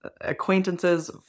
acquaintances